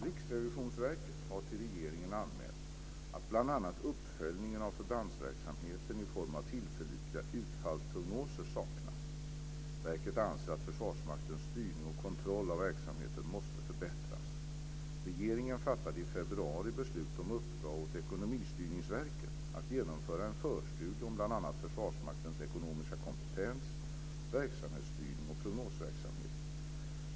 Riksrevisionsverket har till regeringen anmält att bl.a. uppföljning av förbandsverksamheten i form av tillförlitliga utfallsprognoser saknats. Verket anser att Försvarsmaktens styrning och kontroll av verksamheten måste förbättras. Regeringen fattade i februari beslut om att uppdra åt Ekonomistyrningsverket att genomföra en förstudie om bl.a. Försvarsmaktens ekonomiska kompetens, verksamhetsstyrning och prognosverksamhet.